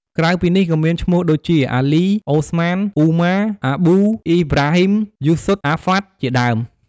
ក្រៅពីនេះ ក៏មានឈ្មោះដូចជា អាលី , អូស្មាន , អ៊ូម៉ារ , អាប៊ូ , អ៊ីប្រាហ៊ីម , យូស៊ុហ្វ , អាហ្មាត់ ជាដើម។